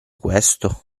questo